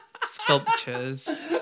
sculptures